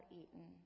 eaten